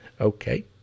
Okay